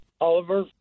Oliver